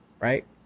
right